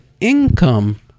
income